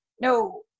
no